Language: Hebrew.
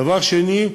דבר שני,